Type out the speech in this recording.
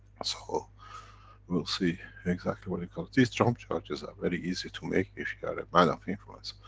so we'll see exactly when it comes, these trumped charges are very easy to make if you are a man of influence.